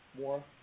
more